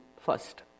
first